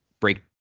break